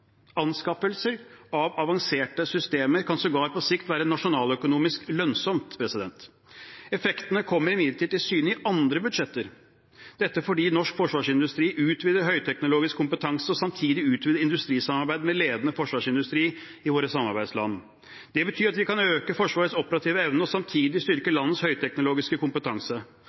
Anskaffelser av avanserte systemer kan sågar på sikt være nasjonaløkonomisk lønnsomt. Effektene kommer imidlertid til syne i andre budsjetter – dette fordi norsk forsvarsindustri utvider høyteknologisk kompetanse og samtidig utvider industrisamarbeid med ledende forsvarsindustri i våre samarbeidsland. Det betyr at vi kan øke Forsvarets operative evne og samtidig styrke landets høyteknologiske kompetanse.